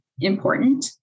important